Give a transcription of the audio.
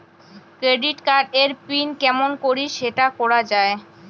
Credit card এর pin কেমন করি সেট করা য়ায়?